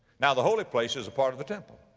now the holy place is a part of the temple.